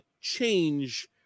change